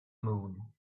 moon